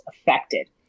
affected